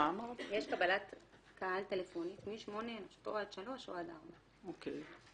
יש קבלת קהל טלפונים מ08:00 עד 15:00 או עד 16:00. אוקיי.